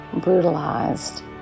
brutalized